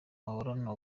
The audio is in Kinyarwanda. ahorana